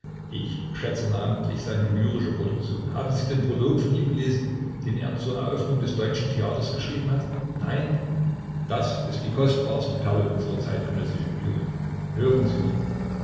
ich schätze namentlich seine lyrische produktion haben sie den prolog von ihm gelesen den er zur eröffnung des deutschen theaters geschrieben hat nein das ist die kostbarste perle unserer zeitgenössischen lyrik hören sie nur